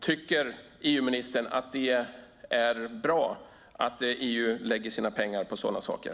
Tycker EU-ministern att det är bra att EU lägger sina pengar på sådana saker?